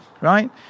Right